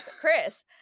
Chris